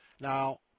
Now